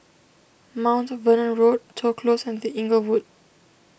Mount Vernon Road Toh Close and the Inglewood